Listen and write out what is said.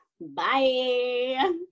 Bye